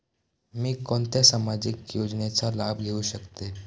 मी कोणत्या सामाजिक योजनेचा लाभ घेऊ शकते?